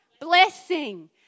blessing